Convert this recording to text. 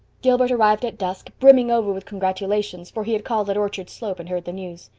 gilbert arrived at dusk, brimming over with congratulations, for he had called at orchard slope and heard the news.